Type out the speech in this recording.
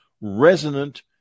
resonant